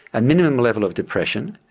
a minimum level of depression,